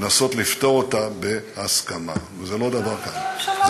לנסות לפתור אותה בהסכמה, וזה לא דבר קל.